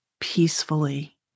peacefully